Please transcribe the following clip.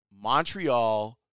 Montreal